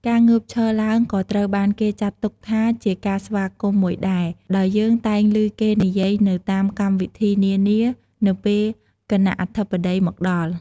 ការងើបឈរឡើងក៏ត្រូវបានគេចាត់ទុកថាជាការស្វាគមន៍មួយដែរ ដោយយើងតែងឮគេនិយាយនៅតាមកម្មវិធីនានានៅពេលគណៈអធិបតីមកដល់។